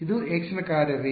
ಇದು x ನ ಕಾರ್ಯವೇ